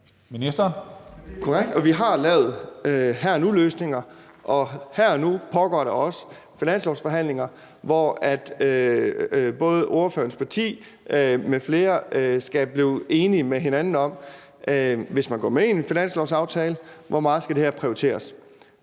vi har lavet her og nu-løsninger, og her og nu pågår der også finanslovsforhandlinger, hvor både spørgerens parti og andre partier skal blive enige med hinanden om – hvis man går med i en finanslovsaftale – hvor meget det her skal prioriteres.